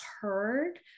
heard